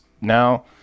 now